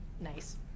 Nice